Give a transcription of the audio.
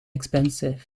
expensive